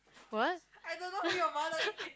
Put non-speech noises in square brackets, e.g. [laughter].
what [noise]